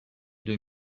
deux